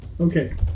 Okay